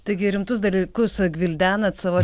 taigi rimtus dalykus gvildenat savo